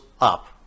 up